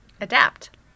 adapt